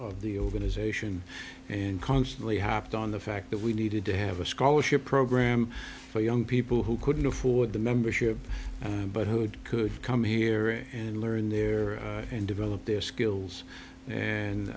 of the organization and constantly hopped on the fact that we needed to have a scholarship program for young people who couldn't afford the membership but who could come here and learn there and develop their skills and